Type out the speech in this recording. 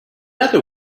other